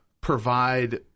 provide